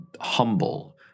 humble